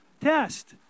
test